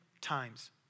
times